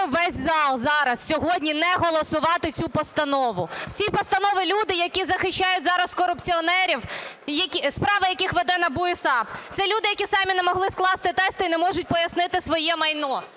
весь зал зараз сьогодні не голосувати цю постанову, в цій постанові люди, які захищають зараз корупціонерів, справи яких веде НАБУ і САП. Це люди, які самі не могли скласти тести і не можуть пояснити своє майно.